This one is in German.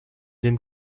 dem